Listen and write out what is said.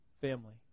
family